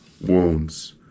wounds